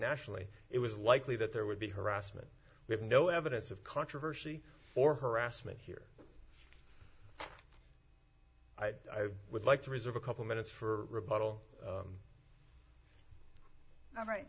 nationally it was likely that there would be harassment we have no evidence of controversy or harassment here i would like to reserve a couple minutes for rebuttal all right